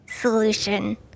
solution